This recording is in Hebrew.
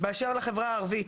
באשר לחברה הערבית,